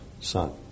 son